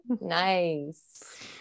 Nice